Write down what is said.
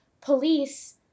police